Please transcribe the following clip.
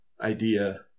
idea